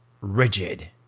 rigid